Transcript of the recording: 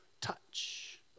Touch